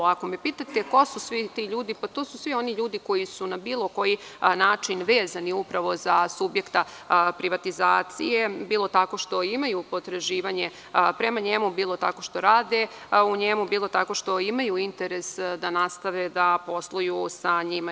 Ako me pitate ko su svi ti ljudi, pa to su svi oni ljudi koji su na bilo koji način vezani za subjekta privatizacije, bilo tako što imaju potraživanje prema njemu, bilo tako što rade u njemu, bilo tako što imaju interes da nastave da posluju sa njima.